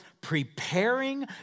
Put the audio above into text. preparing